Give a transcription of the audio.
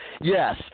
Yes